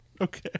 Okay